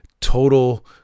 total